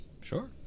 sure